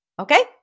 Okay